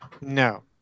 No